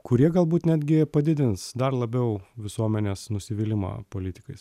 kurie galbūt netgi padidins dar labiau visuomenės nusivylimą politikais